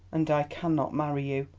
and i cannot marry you,